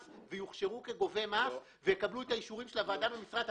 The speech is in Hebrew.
ויוכשרו כגובי מס ויקבלו את האישורים של הוועדה במשרד הפנים,